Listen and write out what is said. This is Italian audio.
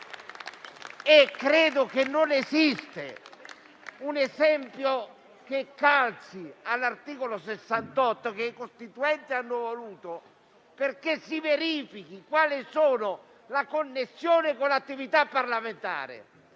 Credo non esista un esempio che calzi meglio all'articolo 68, che i Costituenti hanno voluto, affinché si verifichi la connessione con l'attività parlamentare.